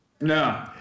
No